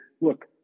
look